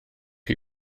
chi